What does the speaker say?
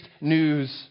news